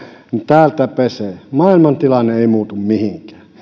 täältä pesee mutta maailman tilanne ei muutu mihinkään